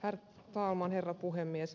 herr talman herra puhemies